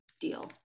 deal